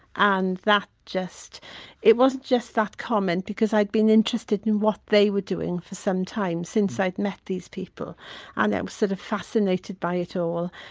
and that just it wasn't just that comment because i'd been interested in what they were doing for some time, since i'd met these people and i was sort of fascinated by it all.